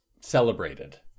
celebrated